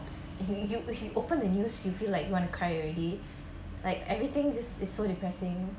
he he you she opened the news you feel like you want to cry already like everything this is so depressing